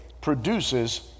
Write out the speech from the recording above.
produces